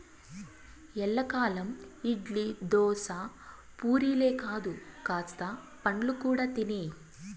ఎల్లకాలం ఇడ్లీ, దోశ, పూరీలే కాదు కాస్త పండ్లు కూడా తినే